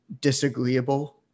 disagreeable